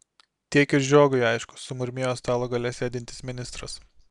tiek ir žiogui aišku sumurmėjo stalo gale sėdintis ministras